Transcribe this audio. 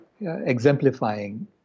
exemplifying